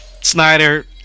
Snyder